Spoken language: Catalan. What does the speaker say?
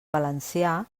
valencià